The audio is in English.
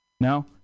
No